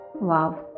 Wow